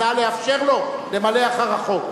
נא לאפשר לו למלא אחר החוק.